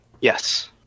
Yes